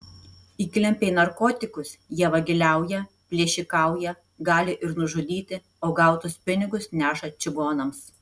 įklimpę į narkotikus jie vagiliauja plėšikauja gali ir nužudyti o gautus pinigus neša čigonams